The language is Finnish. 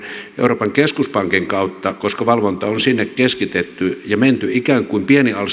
euroopan keskuspankin kautta koska valvonta on sinne keskitetty ja menty ikään kuin pieni